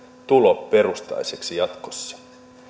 tuloperusteiseksi jatkossa